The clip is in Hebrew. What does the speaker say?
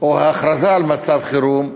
או הכרזה על מצב חירום,